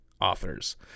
authors